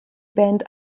band